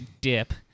dip